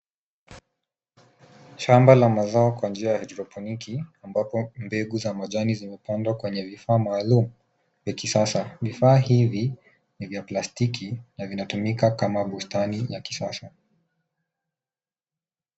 Shamba la mazao kwa njia ya haidroponiki ambapo mbegu za majani zimepandwa kwenye vifaa maalum vya kisasa. Vifaa hivi ni vya plastili na vinatumika kama bustani ya kisasa.